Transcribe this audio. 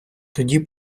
тоді